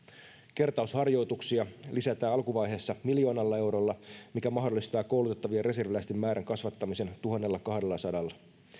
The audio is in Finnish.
kertausharjoituksia lisätään alkuvaiheessa miljoonalla eurolla mikä mahdollistaa koulutettavien reserviläisten määrän kasvattamisen tuhannellakahdellasadalla